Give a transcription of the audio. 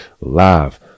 live